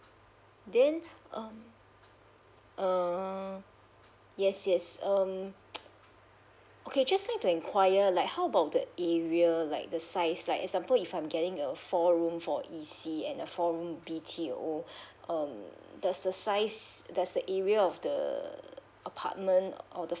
then um uh yes yes um okay just like to inquire like how about the area like the size like example if I'm getting a four room for E_C and a four room B_T_O um does the size does the area of the apartment or the